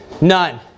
none